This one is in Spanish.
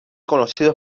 conocidos